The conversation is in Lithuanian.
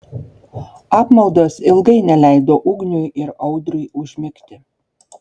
apmaudas ilgai neleido ugniui ir audriui užmigti